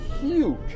huge